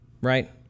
right